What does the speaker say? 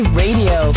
radio